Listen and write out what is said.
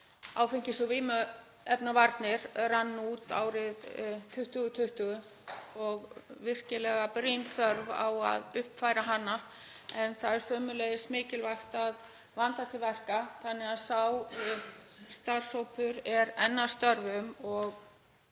áfengis- og vímuefnavarnir rann út árið 2020 og er virkilega brýn þörf á að uppfæra hana. En það er sömuleiðis mikilvægt að vanda til verka þannig að sá starfshópur er enn að störfum og